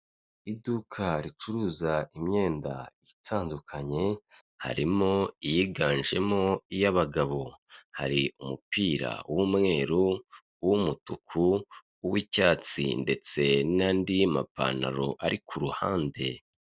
Iduka ricuruza imyenda itandukanye, harimo iyiganjemo iy'abagabo, hari umupira w'umweru, uw'umutuku, uw'icyatsi ndetse n'andi mapantaro ari ku ruhande.